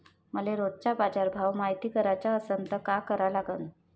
मले रोजचा बाजारभव मायती कराचा असन त काय करा लागन?